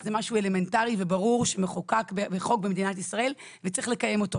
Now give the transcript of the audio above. זה משהו אלמנטרי וברור שמחוקק בחוק במדינת ישראל וצריך לקיים אותו.